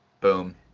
Boom